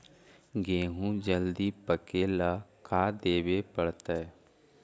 गेहूं जल्दी पके ल का देबे पड़तै?